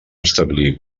establir